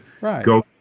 go